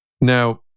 Now